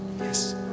Yes